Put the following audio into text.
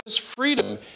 freedom